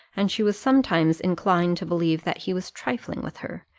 and she was sometimes inclined to believe that he was trifling with her,